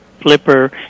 flipper